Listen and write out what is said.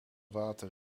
water